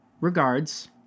Regards